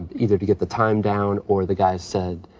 either to get the time down or the guy said,